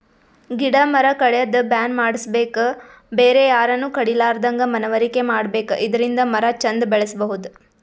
ಗಿಡ ಮರ ಕಡ್ಯದ್ ಬ್ಯಾನ್ ಮಾಡ್ಸಬೇಕ್ ಬೇರೆ ಯಾರನು ಕಡಿಲಾರದಂಗ್ ಮನವರಿಕೆ ಮಾಡ್ಬೇಕ್ ಇದರಿಂದ ಮರ ಚಂದ್ ಬೆಳಸಬಹುದ್